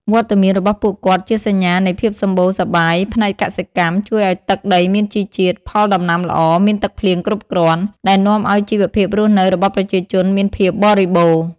វត្តមានរបស់ពួកគាត់ជាសញ្ញានៃ ភាពសម្បូរសប្បាយផ្នែកកសិកម្ម ជួយឲ្យទឹកដីមានជីជាតិ ផលដំណាំល្អ មានទឹកភ្លៀងគ្រប់គ្រាន់ ដែលនាំឲ្យជីវភាពរស់នៅរបស់ប្រជាជនមានភាពបរិបូរណ៍។